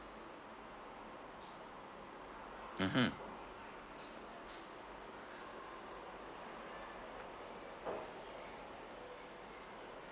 mmhmm